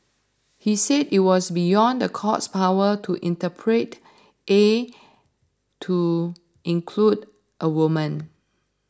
he said it was beyond the court's power to interpret A to include a woman